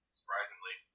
Surprisingly